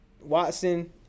Watson